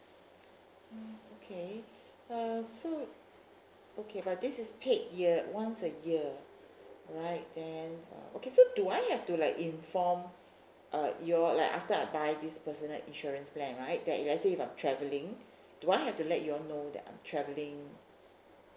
mm okay uh so okay but this is paid year once a year right then uh okay so do I have to like inform uh y'all like after I buy this personal insurance plan right then if let's say if I'm travelling do I have to let you all know that I'm travelling